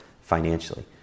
financially